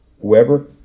Whoever